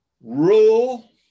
rule